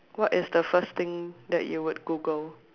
what is the first thing that you will Google